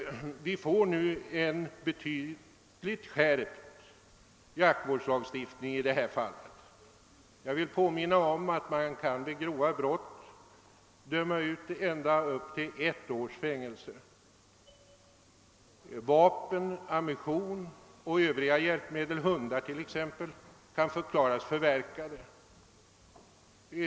Vi får nu en betydligt skärpt jaktvårdslagstiftning i detta avseende. Jag vill påminna om att det vid grova brott skall kunna utdömas ända upp till ett års fängelse. Vapen, ammunition och övriga hjälpmedel — hundar t.ex. — kan förklaras förverkade.